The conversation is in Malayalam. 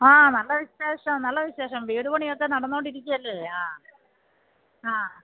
ആ നല്ല വിശേഷം നല്ല വിശേഷം വീട് പണിയൊക്കെ നടന്നുകൊണ്ടിരിക്കുവല്ലേ ആ ആ